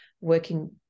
working